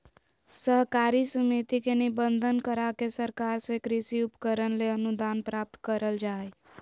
सहकारी समिति के निबंधन, करा के सरकार से कृषि उपकरण ले अनुदान प्राप्त करल जा हई